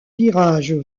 virage